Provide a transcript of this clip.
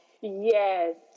Yes